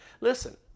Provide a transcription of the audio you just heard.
listen